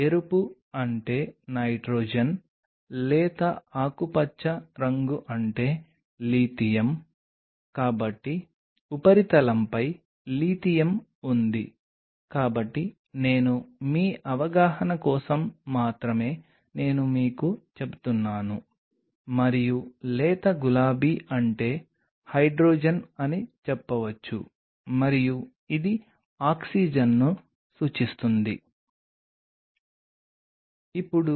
మేము నేచురల్ గురించి మాట్లాడేటప్పుడు ఈ ప్రభావాన్ని చూపించే వాటి గురించి మాట్లాడతాము ఇది సహజ వనరుల నుండి నేరుగా పొందవచ్చు లేదా బయోటెక్నాలజీ విధానాన్ని ఉపయోగించి వాటిని భారీగా ఉత్పత్తి చేయవచ్చు వారి జీన్స్ను ఇతర సెక్రటరీ ప్రొటీన్ల సెలైన్లలోకి బదిలీ చేయడం మీకు తెలుసు